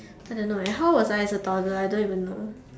I don't leh how was I as a toddler I don't even know